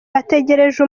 bategereje